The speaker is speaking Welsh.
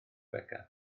beca